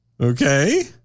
okay